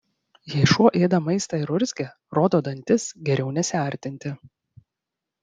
jei šuo ėda maistą ir urzgia rodo dantis geriau nesiartinti